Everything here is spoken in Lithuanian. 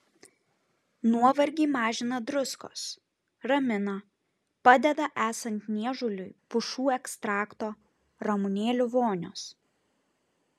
nuovargį mažina druskos ramina padeda esant niežuliui pušų ekstrakto ramunėlių vonios